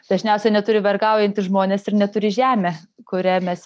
dažniausiai neturi vergaujantys žmonės ir neturi žemė kuria mes